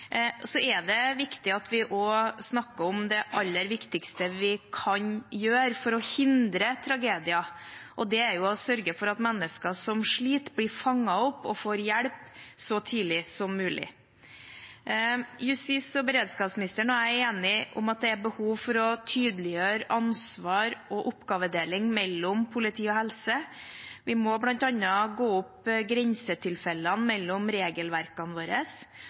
Det er viktig at vi også snakker om det aller viktigste vi kan gjøre for å hindre tragedier, og det er å sørge for at mennesker som sliter, blir fanget opp og får hjelp så tidlig som mulig. Justis- og beredskapsministeren og jeg er enige om at det er behov for å tydeliggjøre ansvar og oppgavedeling mellom politi og helse. Vi må bl.a. gå opp grensetilfellene mellom regelverkene våre,